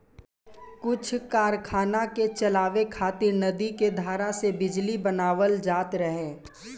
कुछ कारखाना के चलावे खातिर नदी के धारा से बिजली बनावल जात रहे